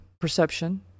perception